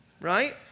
right